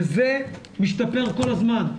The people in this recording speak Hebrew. וזה משתפר כל הזמן.